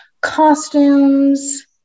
costumes